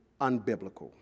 unbiblical